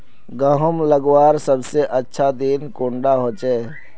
गहुम लगवार सबसे अच्छा दिन कुंडा होचे?